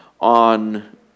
on